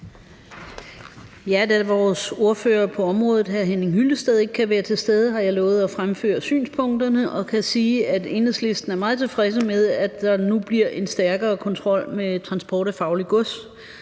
det. Da vores ordfører på området, hr. Henning Hyllested, ikke kan være til stede, har jeg lovet at fremføre synspunkterne og kan sige, at Enhedslisten er meget tilfredse med, at der nu bliver en stærkere kontrol med transport af farligt gods,